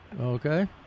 Okay